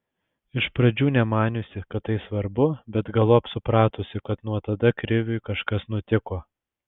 iš pradžių nemaniusi kad tai svarbu bet galop supratusi kad nuo tada kriviui kažkas nutiko